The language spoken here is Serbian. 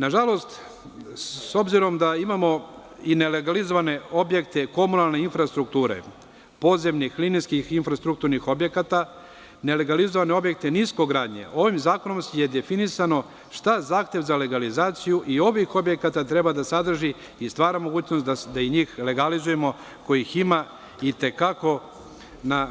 Nažalost, s obzirom da imamo i nelegalizovane objekte komunalne infrastrukture, podzemnih, linijskih, infrastrukturnih objekata, nelegalizovane objekte niskogradnje, ovim zakonom je definisano šta zahtev za legalizaciju i ovih objekata treba da sadrži i stvara mogućnost da i njih legalizujemo, a ima ih i te kako